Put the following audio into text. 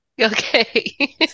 Okay